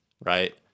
right